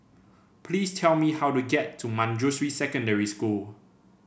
please tell me how to get to Manjusri Secondary School